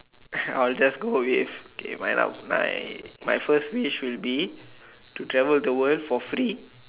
I'll just go with okay my la~ my my first wish will be to travel the world for free